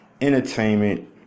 entertainment